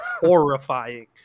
horrifying